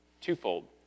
twofold